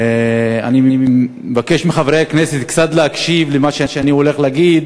אני מבקש מחברי הכנסת קצת להקשיב למה שאני הולך להגיד.